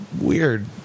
weird